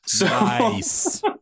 nice